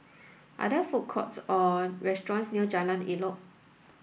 are there food courts or restaurants near Jalan Elok